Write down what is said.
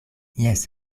jes